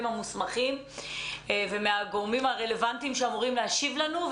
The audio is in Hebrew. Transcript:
המוסמכים ומהגורמים הרלוונטיים שאמורים להשיב לנו,